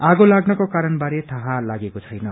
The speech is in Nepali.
आगो लाग्नको कारण बारे थाह्य लागेको छैन